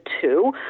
two